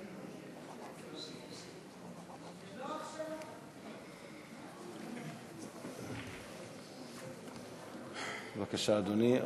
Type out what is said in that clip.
בבקשה, אדוני.